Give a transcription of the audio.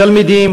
תלמידים,